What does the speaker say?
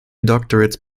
doctorates